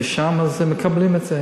מרשם על זה, מקבלים את זה.